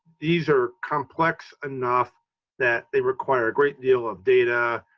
these are complex enough that they require a great deal of data,